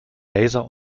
laser